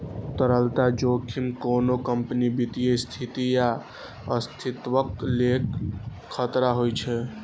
तरलता जोखिम कोनो कंपनीक वित्तीय स्थिति या अस्तित्वक लेल खतरा होइ छै